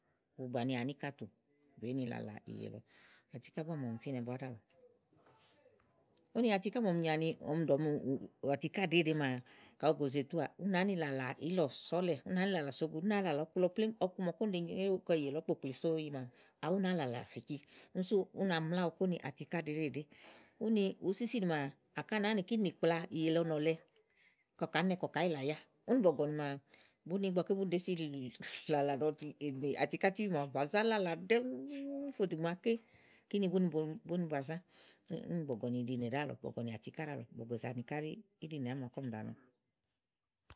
Bu banià ani íkàtù, bèé ni làlà ìyè lɔ atiká màa ɔmi fínɛ búá ɖálɔ̀ɔ úni atiká màa nyì ani màa ɔmi ɖò ni atiká ɖèéɖèé maa, kayi ògòzè tùuà nɛ nàá ni làlà ílɔ so ɔ̀lɛ̀ ú nàá ni làlà so uguɖì, ú nàá ni làlà ɔku lɔ awu ú nàa làlà fè si úni sú ú na mlaówo ni kó ni atiká ɖèéɖèéɖèé úni uwúsíwúsinì maa akɔ à nàá ni kínì nì kpla ìyè lɔ nɔlɛ kɔ kàá yìlè ayá. úni bɔ̀gɔ̀nì maa ígbɔké búni ɖèé si lìlì, làlà nì atiká tíbí màawu bàzá làlà ɖɛŋúú, fò dò ìgbè màaké kíni búni ba zã úni bɔ̀gɔ̀nì ìɖinè ɖálɔ̀ɔ bɔ̀gɔ̀nì àtiká ɖálɔ̀ɔ, bògòzè àni ká ɖì íɖìnè àámi màa ɔmi ɖàa nɔ.